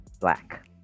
black